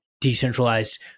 decentralized